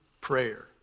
prayer